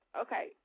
Okay